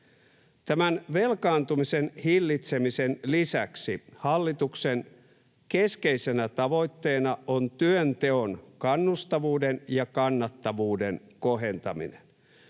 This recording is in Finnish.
Tämän velkaantumisen hillitsemisen lisäksi hallituksen keskeisenä tavoitteena on työnteon kannustavuuden ja kannattavuuden kohentaminen.